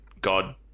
god